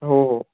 हो हो